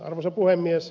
arvoisa puhemies